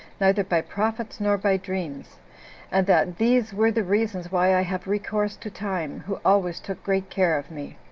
neither by prophets nor by dreams and that these were the reasons why i have recourse to time, who always took great care of me.